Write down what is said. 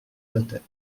notaire